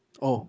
oh